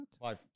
Five